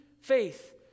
faith